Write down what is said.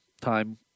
time